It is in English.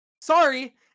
sorry